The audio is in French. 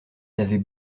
n’avait